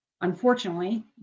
unfortunately